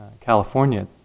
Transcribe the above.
California